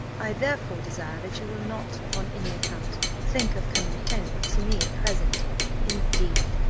i therefore desire that you will not, upon any account, think of coming home to me at present indeed,